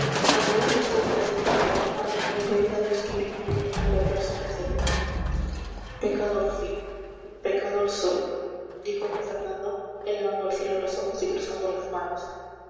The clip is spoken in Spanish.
el deber de vd consiste en perdonarle y pedir a dios que ilumine al perverso mancebo pecador fuí pecador soy dijo d fernando elevando al cielo los ojos y cruzando las manos